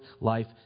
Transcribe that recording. life